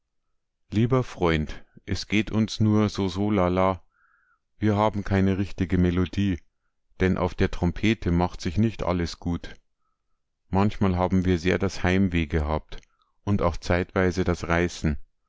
lieber freund es geht uns nur soso lala wir haben keine richtige melodie denn auf der trompete macht sich nicht alles gut manchmal haben wir sehr das heimweh gehabt und auch zeitweise das reißen